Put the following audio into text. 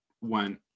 went